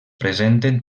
presenten